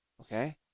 okay